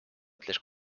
ütles